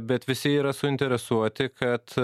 bet visi yra suinteresuoti kad